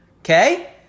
okay